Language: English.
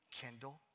Kendall